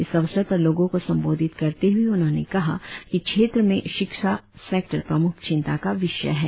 इस अवसर पर लोगों को संबोधित करते हुए उन्होंने कहा कि क्षेत्र में शिक्षा सेक्टर प्रमुख चिंता का विषय है